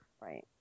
Right